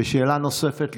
ושאלה נוספת,